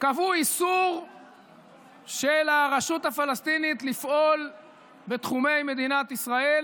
קבעו איסור של הרשות הפלסטינית לפעול בתחומי מדינת ישראל.